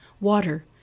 water